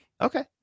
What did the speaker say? Okay